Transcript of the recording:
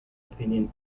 opinion